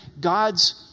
God's